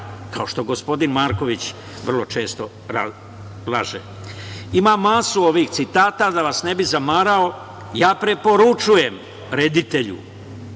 kao što gospodin Marković vrlo često laže. Ima masu ovih citata, da vas ne bi zamarao, ja preporučujem reditelju